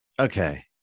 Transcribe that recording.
Okay